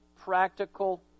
practical